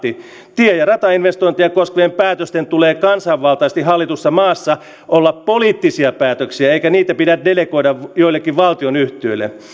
tie ja ratainvestointeja koskevien päätösten tulee kansanvaltaisesti hallitussa maassa olla poliittisia päätöksiä eikä niitä voi delegoida jollekin valtionyhtiölle